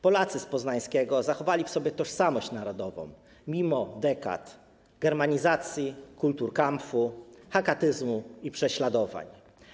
Polacy z Poznańskiego zachowali w sobie tożsamość narodową mimo dekad germanizacji, kulturkampfu, hakatyzmu i prześladowań.